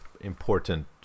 important